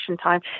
time